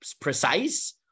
precise